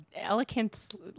elegant